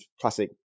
classic